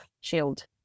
shield